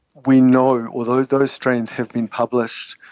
we know, those those strains have been published,